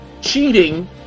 cheating